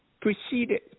preceded